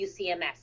ucms